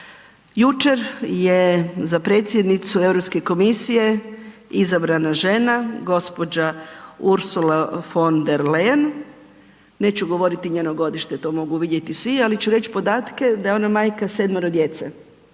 Jučer je za predsjednicu Europske komisije izabrana žena gđa Ursula von der Leyen. Neću govoriti njeno godište, to mogu vidjeti svi, ali ću reći podatke da je ona majka sedmero djece.